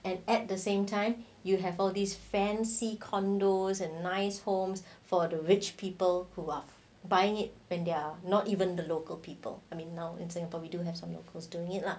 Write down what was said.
and at the same time you have all these fancy condos and nice homes for the rich people who are buying it when they're not even the local people I mean now in singapore we do have some locals because doing it lah